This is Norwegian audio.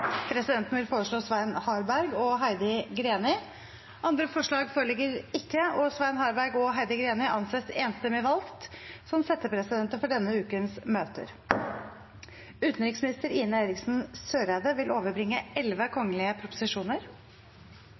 Presidenten vil foreslå Svein Harberg og Heidi Greni. – Andre forslag foreligger ikke, og Svein Harberg og Heidi Greni anses enstemmig valgt som settepresidenter for denne ukens møter. Representanten Per Olaf Lundteigen vil